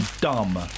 dumb